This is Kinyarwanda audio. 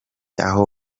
aho